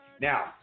Now